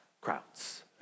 Crowds